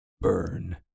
burn